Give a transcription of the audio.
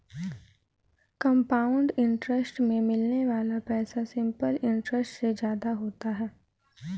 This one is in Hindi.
कंपाउंड इंटरेस्ट में मिलने वाला पैसा सिंपल इंटरेस्ट से ज्यादा होता है